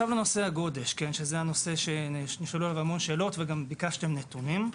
לגבי הגודש שנשאלו בנושא הזה המון שאלות וגם ביקשתם נתונים.